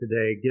today